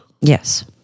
Yes